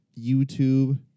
YouTube